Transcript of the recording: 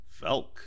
Felk